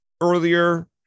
earlier